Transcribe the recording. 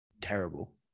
terrible